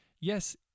Yes